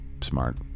smart